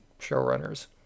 showrunners